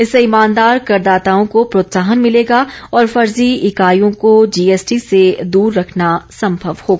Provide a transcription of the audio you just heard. इससे ईमानदार करदाताओं को प्रोत्साहन मिलेगा और फर्जी इकाइयों को जीएसटी से दूर रखना संभव होगा